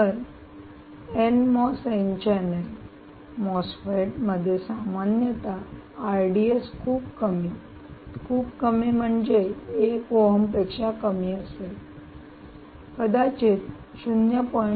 तर N MOS N channel MOSFET मध्ये सामान्यत खूप कमी खूप कमी म्हणजे 1 ओहम पेक्षा कमी असेल कदाचित 0